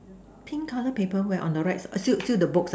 pink color paper where on the right still still the books ah